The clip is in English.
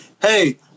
hey